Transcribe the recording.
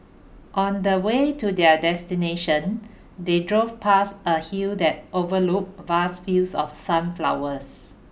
on the way to their destination they drove past a hill that overlooked vast fields of sunflowers